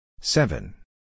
Seven